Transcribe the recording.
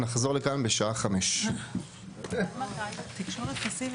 נחזור לכאן בשעה 17:00. (הישיבה נפסקה